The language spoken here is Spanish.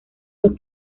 los